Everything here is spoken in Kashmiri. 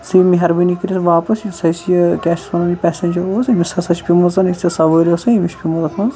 ژٕ یہِ مہربٲنۍ کٔرِتھ واپَس یُس اسہِ یہِ کیٛاہ چھِ اَتھ وَنان یہِ پیسیٚنجر اوس أمِس ہسا چھِ پیمٕژ یُس ژےٚ سوٲرۍ ٲسٕے أمِس چھِ پیٚمٕژ اَتھ منٛز